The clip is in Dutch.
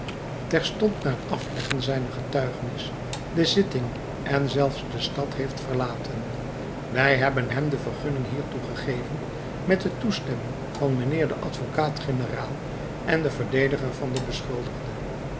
terstond na t afleggen zijner getuigenis de zitting en zelfs de stad heeft verlaten wij hebben hem de vergunning hiertoe gegeven met de toestemming van mijnheer den advocaat-generaal en den verdediger van den beschuldigde